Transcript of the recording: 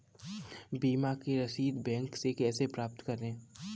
बीमा की रसीद बैंक से कैसे प्राप्त करें?